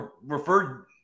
referred